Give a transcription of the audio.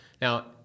Now